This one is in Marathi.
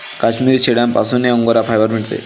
काश्मिरी शेळ्यांपासूनही अंगोरा फायबर मिळते